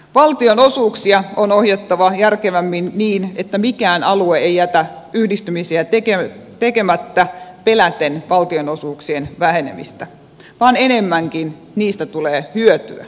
valtionosuuksia on ohjattava järkevämmin niin että mikään alue ei jätä yhdistymisiä tekemättä peläten valtionosuuksien vähenemistä vaan enemmänkin niistä tulee hyötyä